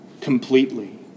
completely